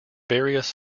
various